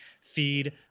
feed